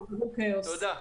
תודה.